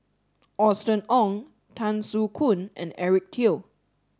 Austen Ong Tan Soo Khoon and Eric Teo